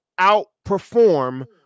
outperform